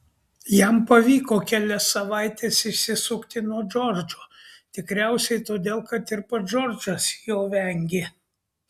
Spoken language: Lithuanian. jam pavyko kelias savaites išsisukti nuo džordžo tikriausiai todėl kad ir pats džordžas jo vengė